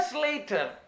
later